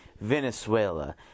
Venezuela